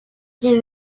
les